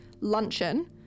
luncheon